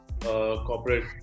corporate